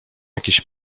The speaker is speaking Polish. jakieś